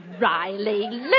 Riley